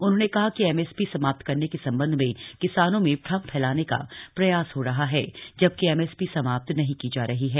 उन्होंने कहा कि एमएसपी समाप्त करने के सम्बन्ध में किसानों में भ्रम फैलाने का प्रयास हो रहा है जबकि एमएसपी समाप्त नहीं की जा रही है